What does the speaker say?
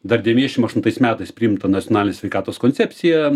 dar devyniašim aštuntais metais priimtą nacionalinė sveikatos koncepciją